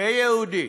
ויהודית,